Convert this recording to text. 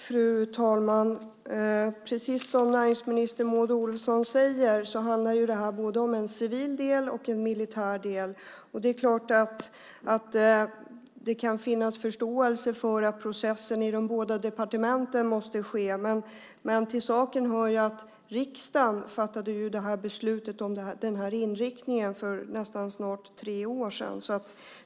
Fru talman! Precis som näringsminister Maud Olofsson säger handlar detta om både en civil och en militär del. Det är klart att det kan finnas förståelse för att processen i de båda departementen måste ske, men till saken hör att riksdagen fattade beslut om denna inriktning för snart tre år sedan.